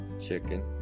chicken